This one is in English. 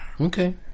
okay